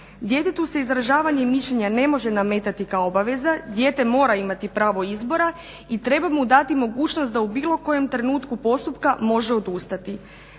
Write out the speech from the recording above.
Djetetu se izražavanje mišljenja ne može nametati kao obaveza, dijete mora imati pravo izbora i treba mu dati mogućnost da u bilo kojem trenutku postupka može odustati.